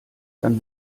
dann